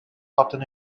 cotton